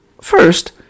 first